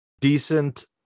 decent